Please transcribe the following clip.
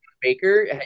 baker